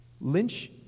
Lynch